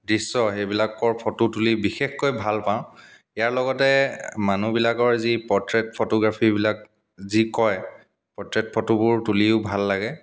দৃশ্য সেইবিলাকৰ ফটো তুলি বিশেষকৈ ভাল পাওঁ ইয়াৰ লগতে মানুহবিলাকৰ যি পৰ্ট্ৰেইট ফটোগ্ৰাফীবিলাক যি কয় পৰ্ট্ৰেইট ফটোবোৰ তুলিও ভাল লাগে